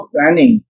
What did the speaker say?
planning